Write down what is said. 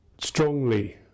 strongly